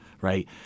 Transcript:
Right